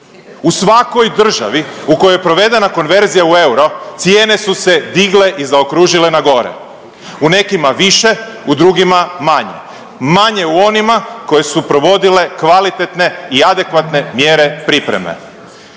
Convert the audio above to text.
U svakoj državi u kojoj je provedena konverzija u euro cijene su se digle i zaokružile na gore. U nekima više, u drugima manje. Manje u onima koje su provodile kvalitetne i adekvatne mjere pripreme.